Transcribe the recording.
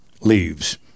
leaves